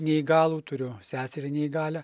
neįgalų turiu seserį neįgalią